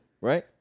Right